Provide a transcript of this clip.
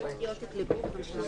אנחנו מחזיקים את המושג "צורך